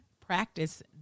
practice